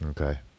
Okay